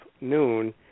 noon